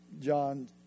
John